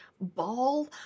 ball